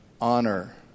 honor